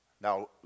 Now